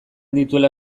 dituela